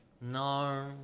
No